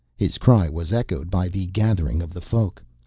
his cry was echoed by the gathering of the folk.